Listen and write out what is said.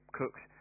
cooks